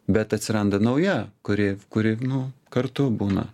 bet atsiranda nauja kuri kuri nu kartu būna